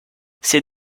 ces